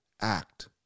act